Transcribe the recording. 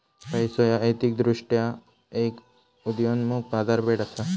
पैसो ह्या ऐतिहासिकदृष्ट्यो एक उदयोन्मुख बाजारपेठ असा